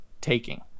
taking